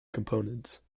components